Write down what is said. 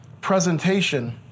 presentation